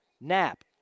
nap